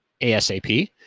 ASAP